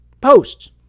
Posts